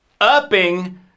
upping